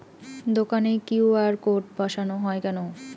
দোকানে QR code বসানো হয় কেন?